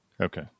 Okay